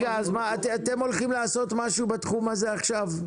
אתם הולכים לעשות משהו בתחום הזה עכשיו?